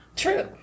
True